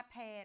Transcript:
iPad